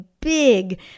big